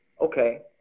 okay